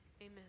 amen